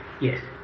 Yes